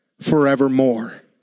forevermore